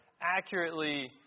accurately